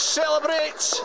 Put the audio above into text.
celebrates